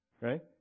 Right